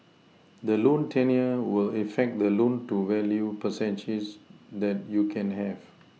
the loan tenure will affect the loan to value percentage that you can have